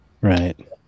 right